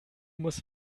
muss